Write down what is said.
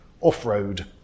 off-road